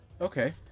Okay